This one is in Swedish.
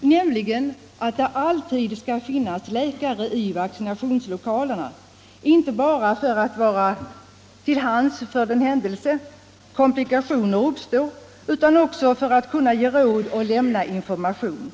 nämligen att det alltid skall finnas läkare i vaccinationslokalerna — inte bara för att vara till hands för den händelse komplikationer uppstår utan också för att ge råd och information.